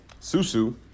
Susu